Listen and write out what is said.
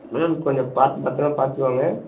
ma'am கொஞ்சம் பார்த்து பத்திரமாக பார்த்து வாங்க